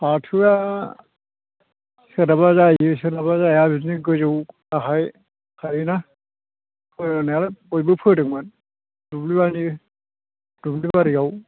फाथोआ सोरनाबा जायो सोरनाबा जाया बिदिनो गोजौ गाहाय थायो ना फोनायालाय बयबो फैदोंमोन दुब्लिमानि दुब्लिबारियाव